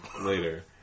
later